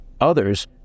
Others